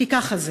כי ככה זה,